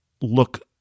look